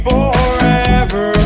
Forever